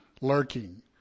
lurking